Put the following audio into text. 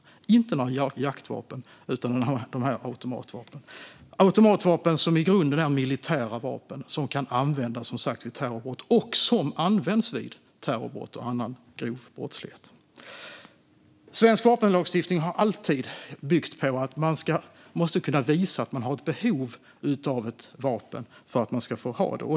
Det handlar inte om några jaktvapen utan om automatvapen, som i grunden är militära vapen och som kan användas - och används - vid terrorbrott och annan grov brottslighet. Svensk vapenlagstiftning har alltid byggt på att man måste kunna visa att man har ett behov av ett vapen för att man ska få ha det.